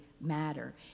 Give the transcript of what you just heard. matter